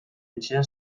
etxean